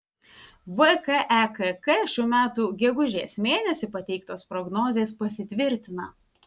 vkekk šių metų gegužės mėnesį pateiktos prognozės pasitvirtina